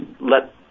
let